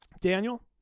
daniel